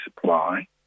supply